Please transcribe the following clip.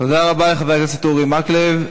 תודה רבה לחבר הכנסת אורי מקלב.